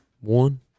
one